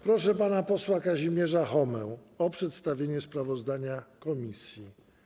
Proszę pana posła Kazimierza Chomę o przedstawienie sprawozdania komisji.